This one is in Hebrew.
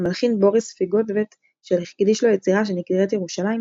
המלחין בוריס פיגובט שהקדיש לו יצירה שנקראת "ירושלים",